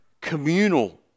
communal